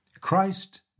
Christ